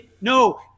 No